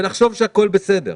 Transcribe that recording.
ולחשוב שהכול בסדר.